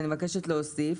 אני מבקשת להוסיף